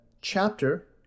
chapter